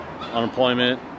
unemployment